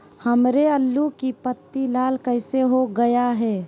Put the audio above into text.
हमारे आलू की पत्ती लाल कैसे हो गया है?